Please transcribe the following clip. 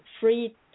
free